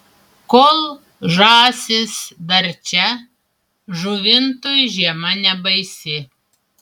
kol žąsys dar čia žuvintui žiema nebaisi